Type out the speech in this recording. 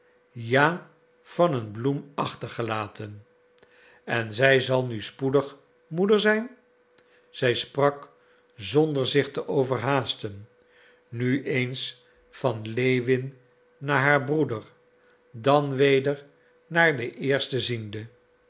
ja van een bloem achtergelaten en zij zal nu spoedig moeder zijn zij sprak zonder zich te overhaasten nu eens van lewin naar haar broeder dan weder naar den eersten ziende